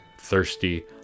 thirsty